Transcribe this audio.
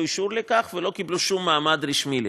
אישור לכך ולא קיבלו שום מעמד רשמי לכך.